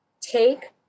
take